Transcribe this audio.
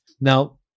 Now